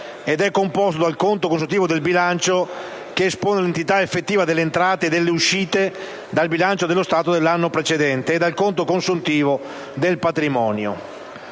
ed è composto dal conto consuntivo del bilancio, che espone l'entità effettiva delle entrate e delle uscite previste dal bilancio dello Stato dell'anno precedente, e dal conto consuntivo del patrimonio,